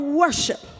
worship